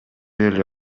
эле